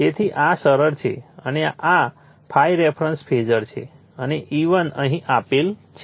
તેથી આ સરળ છે અને આ ∅ રેફરન્સ ફેઝર છે અને E1 અહીં આપેલ છે